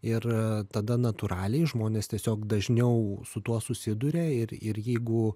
ir tada natūraliai žmonės tiesiog dažniau su tuo susiduria ir ir jeigu